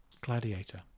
Gladiator